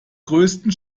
großen